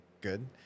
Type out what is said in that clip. good